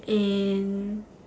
and